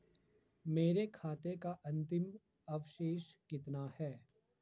मेरे खाते का अंतिम अवशेष कितना है?